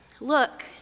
Look